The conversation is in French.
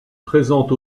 présente